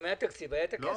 אם היה תקציב היה את הכסף.